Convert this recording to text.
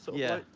yeah.